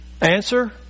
Answer